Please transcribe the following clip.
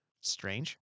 Strange